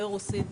ברוסית,